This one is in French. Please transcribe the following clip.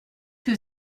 que